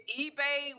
ebay